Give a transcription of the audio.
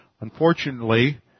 Unfortunately